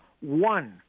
one